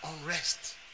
unrest